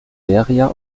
liberia